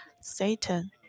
Satan